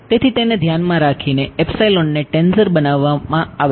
તેથી તેને ધ્યાનમાં રાખીને ને ટેન્સર બનાવવામાં આવે છે